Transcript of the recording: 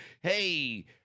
hey